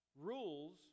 Rules